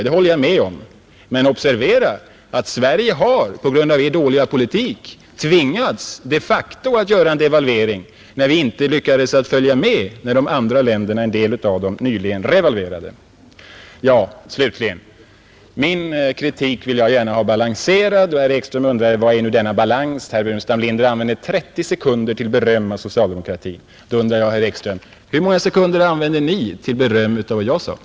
Det håller jag med om, men observera att Sverige har — på grund av er dåliga politik — tvingats att de facto göra en devalvering, när vi inte lyckades följa med när en del andra länder nyligen revalverade. Slutligen: Min kritik vill jag gärna ha balanserad, och herr Ekström undrade var nu denna balans finns, då herr Burenstam Linder använde bara 30 sekunder till beröm av socialdemokratin. Då undrar jag, herr Ekström: Hur många sekunder använde Ni till beröm av vad jag sade?